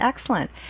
Excellent